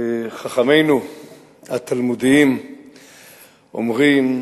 חכמינו התלמודיים אומרים: